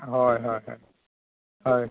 ᱦᱳᱭ ᱦᱳᱭ ᱦᱳᱭ ᱦᱳᱭ